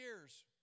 years